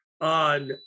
on